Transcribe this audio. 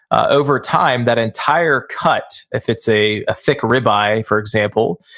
over time that entire cut if it's a ah thick ribeye, for example,